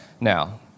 Now